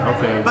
Okay